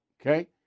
Okay